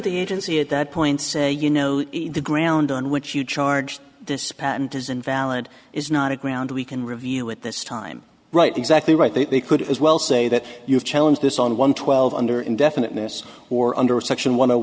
the agency at that point say you know the ground on which you charge this patent is invalid is not a ground we can review at this time right exactly right they could as well say that you challenge this on one twelve under indefiniteness or under section one